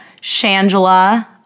Shangela